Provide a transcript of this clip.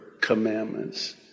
commandments